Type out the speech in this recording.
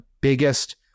biggest